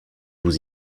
vous